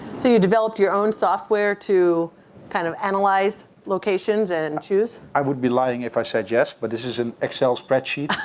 you developed your own software to kind of analyze locations and choose? i would be lying if i said, yes. but this is an excel spreadsheet.